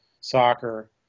soccer